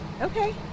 Okay